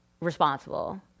Responsible